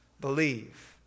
believe